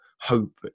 hope